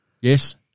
Yes